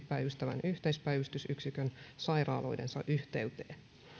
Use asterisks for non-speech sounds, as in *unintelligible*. *unintelligible* päivystävän yhteispäivystysyksikön sairaaloidensa yhteyteen